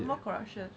什么 corruption